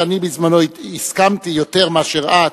אף שאני בזמנו הסכמתי יותר מאשר את,